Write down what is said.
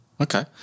Okay